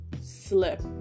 slip